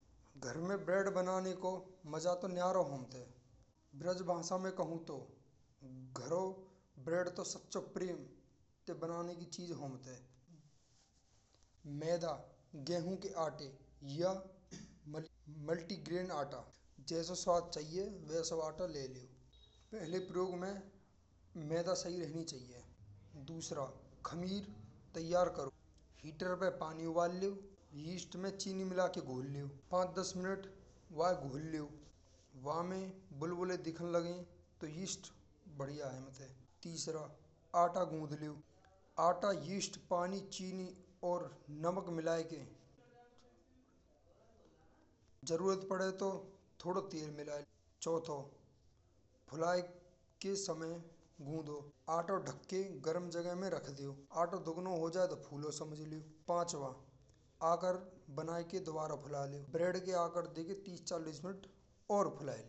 घर में ब्रेड बनानें को मजा तो न्यारो होत है। ब्रज भाषा में कहूं तो घर में ब्रेड तो सच्चा प्रेम बनानें की चीज होत है। मैंदा, गेहूं के आटे या मल्टीग्रेन आटा जैसो स्वाद चाहिये वैसा आतो ले लो। पहले प्रयोग में मैंदा सही रहनी चाहिये। दूसरा खत्म तैयार करो हीटर पर पानी वाली इस्ट में चीनी मिलाकर घोल लियो पाँच-दस मिनट के वोर में बुलबुले दिखने लगे तो रेड बढ़िया है। तीसरा आटा गुंद लो। आटा इस्ट में पानी चीनी और नमक मिलाए के जरूरत पड़े तो थोड़ा तेल मिला ले। फुलाय के समय गुंदो। आटा ढाके गरम जगह में रख दियो। आटा दूगनो हो जाये तो फुला समझ लियो। पांचवा: आकार बनायके दोबारा फुला लियो: ब्रेक के आकार देखे तीस, चालीस मिनट और फुलाय।